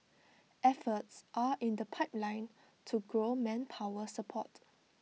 efforts are in the pipeline to grow manpower support